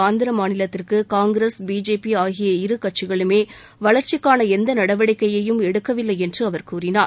ஆந்திர மாநிலத்திற்கு காங்கிரஸ் பிஜேபி ஆகிய இரு கட்சிகளுமே வளர்ச்சிக்கான எந்த நடவடிக்கையையும் எடுக்கவில்லை என்று அவர் கூறினார்